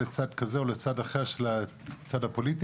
לצד כזה או לצד אחר של הצד הפוליטי.